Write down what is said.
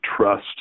trust